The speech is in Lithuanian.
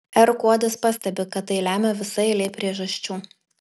r kuodis pastebi kad tai lemia visa eilė priežasčių